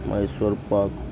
Mysore Pak